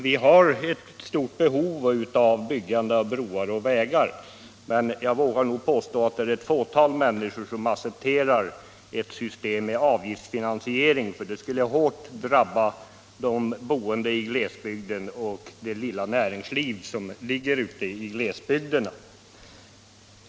Vi har ett stort behov av byggande av broar och vägar, men jag vågar nog påstå att det bara är ett fåtal människor som accepterar ett system med avgiftsfinansiering, eftersom ett sådant skulle hårt drabba de boende i glesbygderna och det lilla näringsliv som finns där.